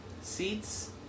Seats